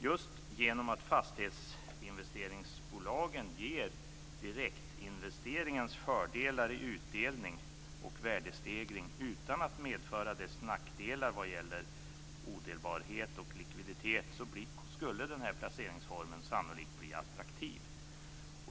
Just genom att fastighetsinvesteringsbolagen ger direktinvesteringens fördelar i utdelning och värdestegring utan att medföra dess nackdelar när det gäller odelbarhet och likviditet skulle denna placeringsform sannolikt bli attraktiv.